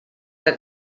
que